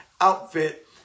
outfit